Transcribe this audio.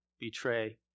betray